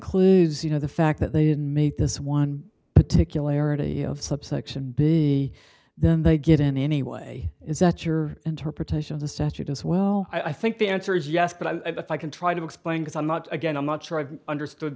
includes you know the fact that they didn't meet this one particular ity of subsection b then they get in anyway is that your interpretation of the statute as well i think the answer is yes but i can try to explain this i'm not again i'm not sure i understood